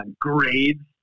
grades